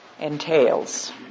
entails